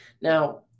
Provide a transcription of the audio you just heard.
Now